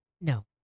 No